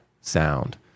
sound